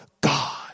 God